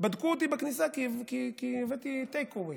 בדקו אותי בכניסה, כי הבאתי טייק אווי.